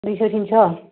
दुइस' थिनस'